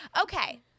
okay